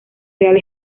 real